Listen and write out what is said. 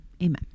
Amen